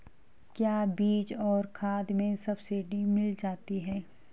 क्या बीज और खाद में सब्सिडी मिल जाती है?